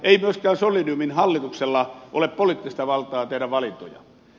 ei myöskään solidiumin hallituksella ole poliittista valtaa tehdä valintoja